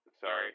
Sorry